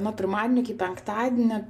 nuo pirmadienio iki penktadienio